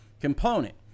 component